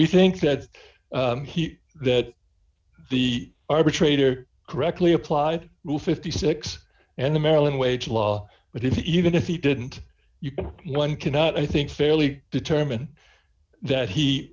we think that he that the arbitrator correctly applied to fifty six and the maryland wage law but if even if he didn't you can one cannot i think fairly determine that he